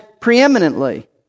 preeminently